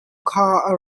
kha